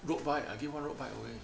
road bike I gave one road bike away